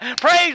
praise